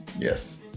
yes